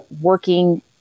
working